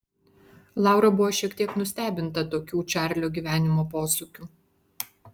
laura buvo šiek tiek nustebinta tokių čarlio gyvenimo posūkių